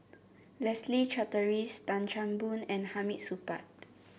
Leslie Charteris Tan Chan Boon and Hamid Supaat